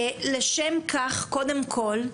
לשם כך, קודם כל,